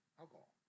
alcohol